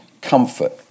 comfort